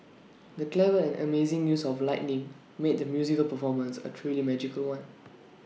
the clever and amazing use of lighting made the musical performance A truly magical one